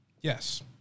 Yes